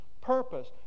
purpose